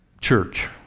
church